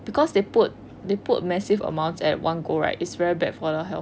because they put they put massive amounts at one go right it's very bad for the health